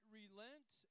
relent